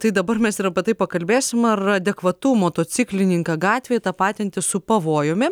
tai dabar mes ir apie tai pakalbėsim ar adekvatu motociklininką gatvėje tapatinti su pavojumi